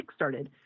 kickstarted